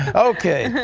okay,